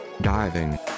diving